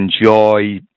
enjoy